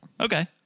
Okay